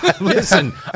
Listen